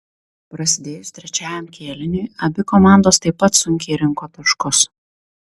prasidėjus trečiajam kėliniui abi komandos taip pat sunkiai rinko taškus